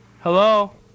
Hello